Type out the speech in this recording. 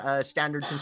standard